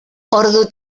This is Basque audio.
ordu